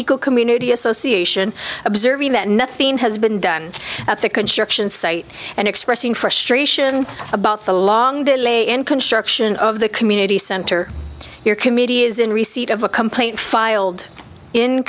he community association observing that nothing has been done at the construction site and expressing frustration about the long delay in construction of the community center your committee is in receipt of a complaint filed in